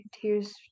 Tears